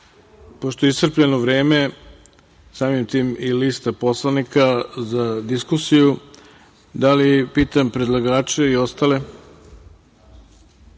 pošto je iscrpljeno vreme, samim tim i lista poslanika za diskusiju, pitam predlagače i